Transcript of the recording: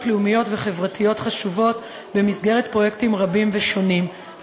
לאומיות וחברתיות חשובות במסגרת פרויקטים רבים ושונים,